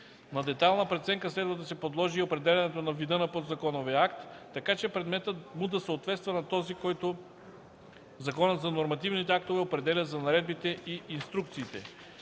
На детайлна преценка следва се подложи и определянето на вида на подзаконовия акт, така че предметът му да съответства на този, който Законът за нормативните актове определя за наредбите и инструкциите.